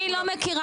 אני לא מכירה.